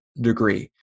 degree